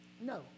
No